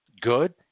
good